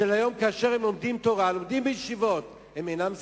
כשהם לומדים תורה, לומדים בישיבות, הם אינם זכאים?